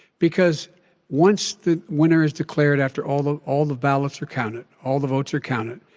because once the winner is declared, after all the all the ballots are counted, all the votes are counted,